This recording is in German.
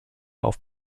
auf